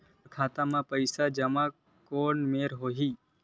मोर खाता मा पईसा जमा कोन मेर होही?